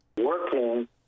Working